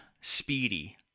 Speedy